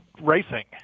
racing